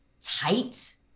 tight